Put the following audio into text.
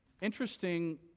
interesting